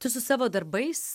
tu su savo darbais